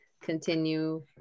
continue